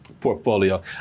portfolio